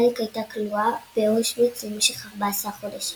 מלניק הייתה כלואה באושוויץ למשך ארבעה עשר חודשים.